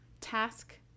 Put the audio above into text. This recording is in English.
task